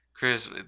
Chris